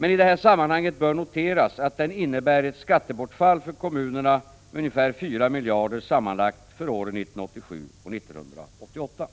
Men i detta sammanhang bör noteras att den innebär ett skattebortfall för kommunerna med ca 4 miljarder sammanlagt för åren 1987 och 1988.